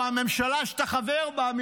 או הממשלה שאתה חבר בה,